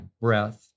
breath